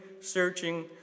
searching